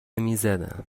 میزدم